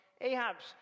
Ahab's